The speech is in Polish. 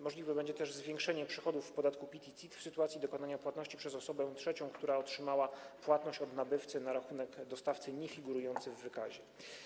Możliwe będzie też zwiększenie przychodów w zakresie podatków PIT i CIT w sytuacji dokonania płatności przez osobę trzecią, która otrzymała płatność od nabywcy na rachunek dostawcy niefigurujący w wykazie.